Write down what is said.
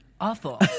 Awful